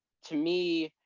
to me,